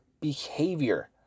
behavior